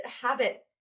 habit